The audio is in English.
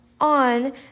On